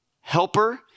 Helper